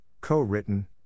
co-written